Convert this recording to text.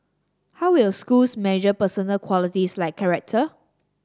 how will schools measure personal qualities like character